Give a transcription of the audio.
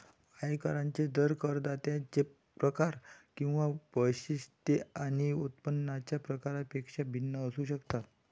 आयकरांचे दर करदात्यांचे प्रकार किंवा वैशिष्ट्ये आणि उत्पन्नाच्या प्रकारापेक्षा भिन्न असू शकतात